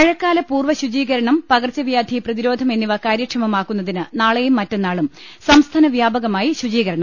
മഴക്കാലപൂർവ്വ ശുചീകരണം പകർച്ചവ്യാധി പ്രതിരോധം എന്നിവ കാര്യക്ഷമമാക്കുന്നതിന് നാളെയും മറ്റന്നാളും സംസ്ഥാന വ്യാപകമായി ശുചീകരണം